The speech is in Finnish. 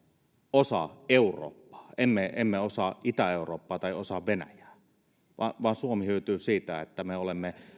osa eurooppaa emme osa itä eurooppaa tai osa venäjää ja suomi hyötyy siitä että me olemme